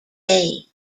days